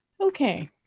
Okay